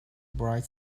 bright